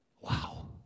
wow